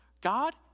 God